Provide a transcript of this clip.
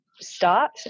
start